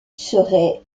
serait